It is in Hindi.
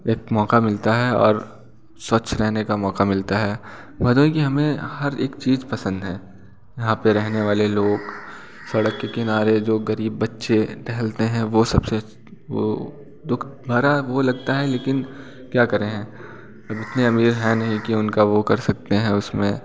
एक मौका मिलता है और स्वच्छ रहने का मौका मिलता है भदोहीं की हमें हर एक चीज़ पसंद है यहाँ पे रहने वाले लोग सड़क के किनारे जो गरीब बच्चे टहलते हैं वो सबसे वो लोग बड़ा वो लगता है लेकिन क्या करें इतने अमीर हैं नहीं कि उनका वो कर सकते हैं उसमें